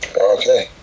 Okay